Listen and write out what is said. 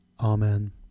Amen